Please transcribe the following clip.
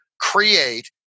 create